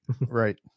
Right